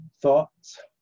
thoughts